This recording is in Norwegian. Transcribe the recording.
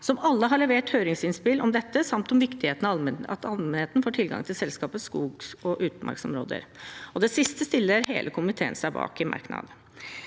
alle har levert høringsinnspill om dette, samt om viktigheten av at allmennheten får tilgang til selskapets skog- og utmarksområder. Det siste stiller hele komiteen seg bak i merknad.